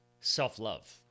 self-love